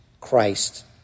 Christ